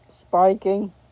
spiking